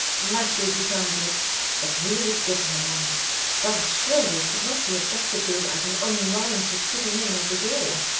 matthew decided that he would give her one that surely could not be objected to as an unwarranted putting in of his oar.